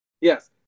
Yes